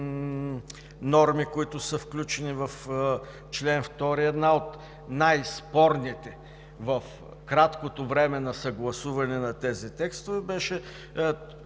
норми, които са включени в чл. 2, а една от най-спорните в краткото време на съгласуване на тези текстове беше